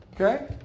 Okay